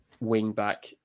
wing-back